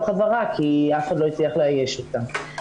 חזרה כי אף אחד לא הצליח לאייש אותם.